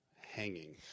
hanging